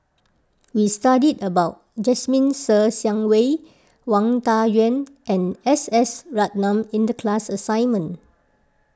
we studied about Jasmine Ser Xiang Wei Wang Dayuan and S S Ratnam in the class assignment